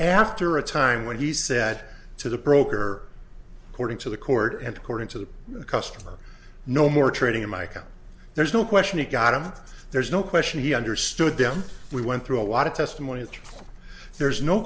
after a time when he said to the broker according to the court and according to the customer no more trading in mica there's no question it got him there's no question he understood them we went through a lot of testimony that there's no